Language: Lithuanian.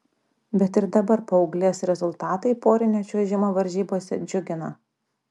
bet ir dabar paauglės rezultatai porinio čiuožimo varžybose džiugina